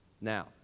Now